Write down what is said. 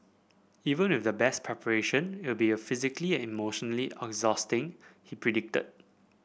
even with the best preparation it will be a physically and emotionally exhausting he predicted